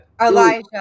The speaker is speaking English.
Elijah